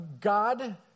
God